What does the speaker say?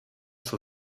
zur